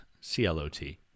C-L-O-T